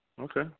okay